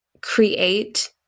create